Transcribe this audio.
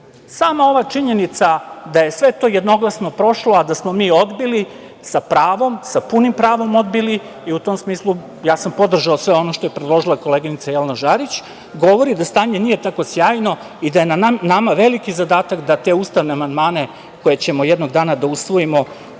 ova činjenica da je sve to jednoglasno prošlo, a da smo mi sa punim pravom odbili i u tom smislu ja sam podržao sve ono što je predložila koleginica Jelena Žarić, govori da stanje nije tako sjajno i da je na nama veliki zadatak da te ustavne amandmane, koje ćemo jednog dana da usvojimo,